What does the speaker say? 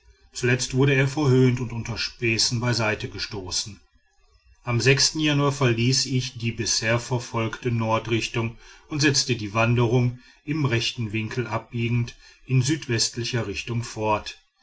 zuletzt wurde er verhöhnt und unter späßen beiseite gestoßen am januar verließ ich die bisher verfolgte nordrichtung und setzte die wanderung im rechten winkel abbiegend in südwestlicher richtung fort